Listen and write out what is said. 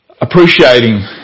appreciating